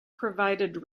provided